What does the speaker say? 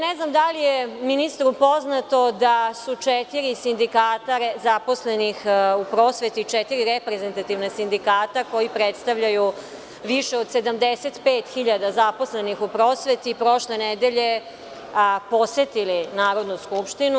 Ne znam da li je ministru poznato da su četiri sindikata zaposlenih u prosveti, četiri reprezentativna sindikata koji predstavljaju više od 75 hiljada zaposlenih u prosveti, prošle nedelje posetili Narodnu skupštini.